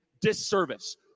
disservice